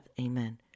Amen